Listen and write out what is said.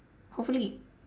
hopefully